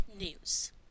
news